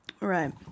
Right